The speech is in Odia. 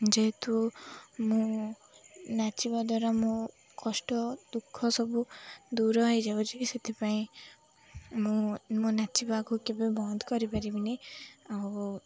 ଯେହେତୁ ମୁଁ ନାଚିବା ଦ୍ୱାରା ମୁଁ କଷ୍ଟ ଦୁଃଖ ସବୁ ଦୂର ହେଇଯାଉଛି କି ସେଥିପାଇଁ ମୁଁ ମୋ ନାଚିବାକୁ କେବେ ବନ୍ଦ୍ କରିପାରିବିନି ଆଉ